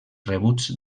rebuts